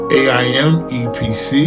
aimepc